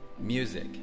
music